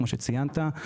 כמו שציינת.